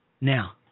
Now